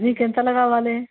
మీకు ఎంతలో కావాలి